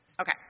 Okay